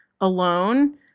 alone